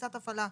תפיסת הפעלה.